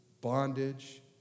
bondage